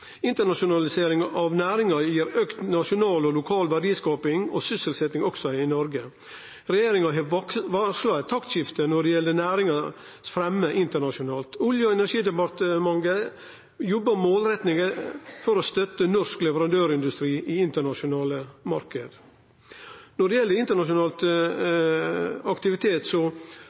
Internasjonaliseringa av næringa gir auka nasjonal og lokal verdiskaping og sysselsetjing også i Noreg. Regjeringa har varsla eit taktskifte når det gjeld å fremje næringa internasjonalt. Olje- og energidepartementet jobbar målretta for å støtte norsk leverandørindustri i internasjonale marknader. Når det gjeld internasjonal aktivitet,